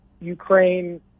Ukraine